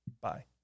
Bye